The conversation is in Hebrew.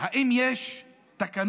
האם יש תקנות?